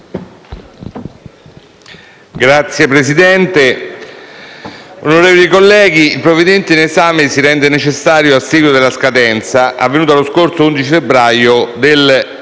Signor Presidente, onorevoli colleghi, il provvedimento in esame si rende necessario a seguito della scadenza, avvenuta lo scorso 11 febbraio, del